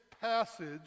passage